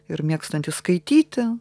ir mėgstanti skaityti